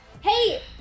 Hey